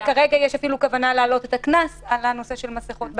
וכרגע יש אפילו כוונה להעלות את הקנס על הנושא של המסכות,